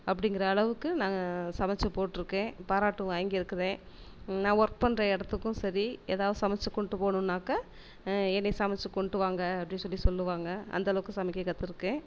அப்படிங்கிற அளவுக்கு நாங்கள் சமைச்சு போட்டுருக்கேன் பாராட்டும் வாங்கிருக்குறேன் நான் ஒர்க் பண்ணுற இடத்துக்கும் சரி எதாவது சமைச்சு கொண்டு போகணுன்னாக்கா என்னையை சமைச்சு கொண்டு வாங்க அப்படின்னு சொல்லி சொல்லுவாங்க அந்தளவுக்கு சமைக்க கற்றுருக்கேன்